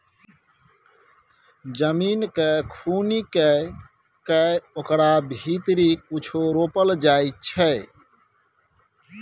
जमीन केँ खुनि कए कय ओकरा भीतरी कुछो रोपल जाइ छै